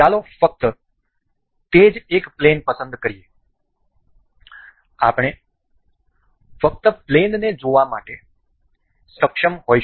ચાલો ફક્ત તે જ એક પ્લેન પસંદ કરીએ આપણે ફક્ત પ્લેનને જોવા માટે સક્ષમ કરીશું